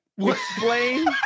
Explain